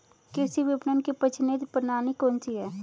कृषि विपणन की प्रचलित प्रणाली कौन सी है?